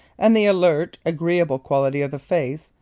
and the alert, agreeable quality of the face,